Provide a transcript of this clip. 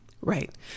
right